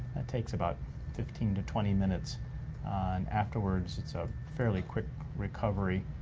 that takes about fifteen to twenty minutes, and afterwards it's a fairly quick recovery.